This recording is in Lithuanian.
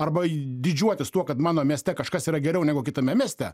arba didžiuotis tuo kad mano mieste kažkas yra geriau negu kitame mieste